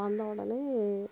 வந்த உடனே